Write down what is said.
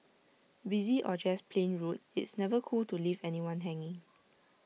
busy or just plain rude it's never cool to leave anyone hanging